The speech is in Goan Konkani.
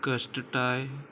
कश्टटाय